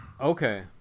Okay